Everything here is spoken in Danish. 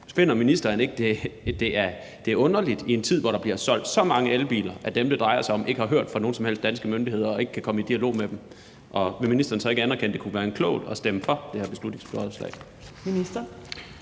Finder ministeren ikke, at det er underligt i en tid, hvor der bliver solgt så mange elbiler, at dem, det drejer sig om, ikke har hørt fra nogen som helst danske myndigheder og ikke kan komme i dialog med dem? Og vil ministeren så ikke anerkende, at det kunne være klogt at stemme for det her beslutningsforslag?